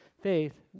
faith